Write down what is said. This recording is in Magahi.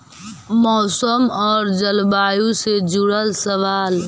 मौसम और जलवायु से जुड़ल सवाल?